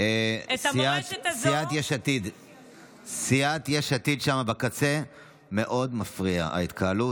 סיעת יש עתיד שם בקצה, מאוד מפריעה ההתקהלות.